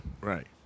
Right